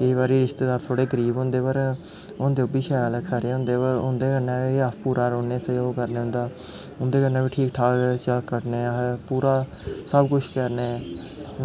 केईं बारी रिश्तेदार थोह्ड़े गरीब होंदे पर होंदे ओह् बी शैल खरे होंदे उं'दें कन्नै बी पूरा रौह्ने सैह्जोग करने उं'दे कन्नै बी ठीक ठाक पूरा सब कुछ करने